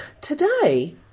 Today